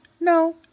no